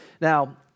Now